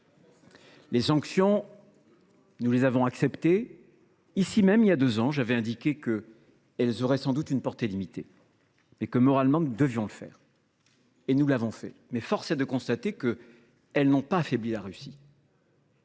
Ces sanctions, nous les avons acceptées, ici même, il y a deux ans. J’avais alors indiqué qu’elles auraient sans doute une portée limitée, mais que, moralement, nous devions les prendre. Force est de constater qu’elles n’ont pas affaibli la Russie,